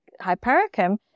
Hypericum